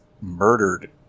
murdered